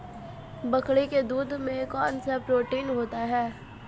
बकरी के दूध में कौनसा प्रोटीन होता है?